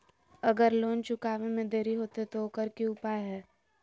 अगर लोन चुकावे में देरी होते तो ओकर की उपाय है?